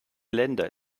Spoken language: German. länder